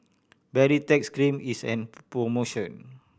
Baritex Cream is in promotion